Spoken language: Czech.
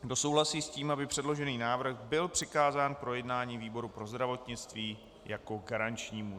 Kdo souhlasí s tím, aby předložený návrh byl přikázán k projednání výboru pro zdravotnictví jako garančnímu?